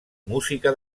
música